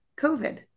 COVID